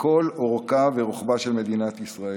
ולכל אורכה ורוחבה של מדינת ישראל.